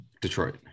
Detroit